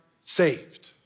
saved